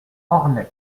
ornex